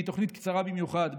והיא תוכנית קצרה במיוחד,